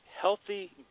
healthy